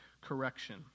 correction